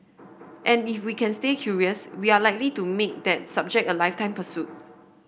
and if we can stay curious we are likely to make that subject a lifetime pursuit